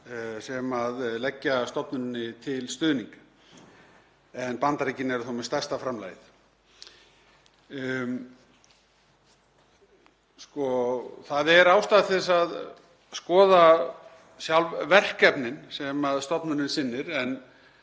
sem leggja stofnuninni til stuðning, en Bandaríkin eru þó með stærsta framlagið. Það er ástæða til að skoða sjálf verkefnin sem stofnunin sinnir en